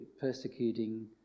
persecuting